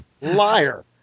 liar